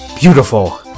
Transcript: beautiful